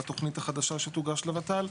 בתוכנית החדשה שתוגש לות"ל,